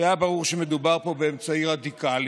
כי היה ברור שמדובר פה באמצעי רדיקלי,